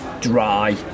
dry